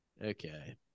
Okay